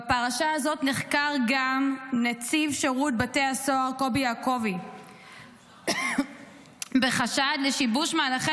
בפרשה הזאת נחקר גם נציב שירות בתי הסוהר קובי יעקובי בחשד לשיבוש מהלכי